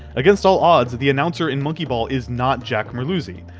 against all odds, the announcer in monkey ball is not jack merluzzi.